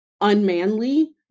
unmanly